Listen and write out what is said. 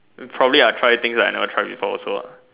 we probably I try things I never try before